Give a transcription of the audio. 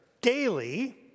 daily